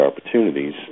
opportunities